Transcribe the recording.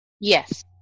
Yes